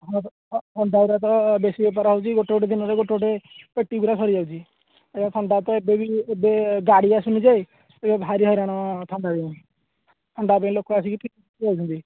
ଅଣ୍ଡା ଗୁଡ଼ାକ ବେଶି ବେପାର ହେଉଛି ଗୋଟିଏ ଗୋଟିଏ ଦିନରେ ଗୋଟିଏ ଗୋଟିଏ ପେଟି ପୂରା ସରିଯାଉଛି ଅଣ୍ଡା ତ ଏବେବି ଏବେ ଗାଡ଼ି ଆସୁନି ଯେ ଭାରି ହଇରାଣ ଥଣ୍ଡା ପାଇଁ ଲୋକ ଆସିକି ଫେରିକି ଯାଉଛନ୍ତି